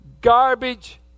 garbage